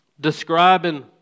Describing